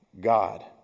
God